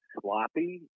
sloppy